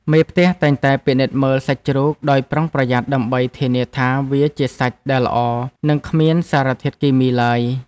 មេផ្ទះតែងតែពិនិត្យមើលសាច់ជ្រូកដោយប្រុងប្រយ័ត្នដើម្បីធានាថាវាជាសាច់ដែលល្អនិងគ្មានសារធាតុគីមីឡើយ។